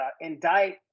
indict